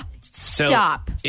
Stop